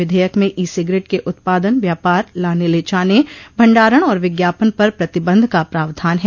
विधेयक में e cigarette के उत्पादन व्यापार लाने ले जाने भण्डारण और विज्ञापन पर प्रतिबध का प्रावधान है